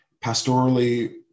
pastorally